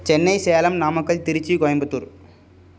Chennai Salem Namakkal Tiruchi Coimbatore